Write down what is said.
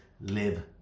live